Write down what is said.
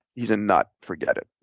he's a nut. forget it.